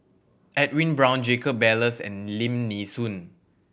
Edwin Brown Jacob Ballas and Lim Nee Soon